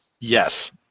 Yes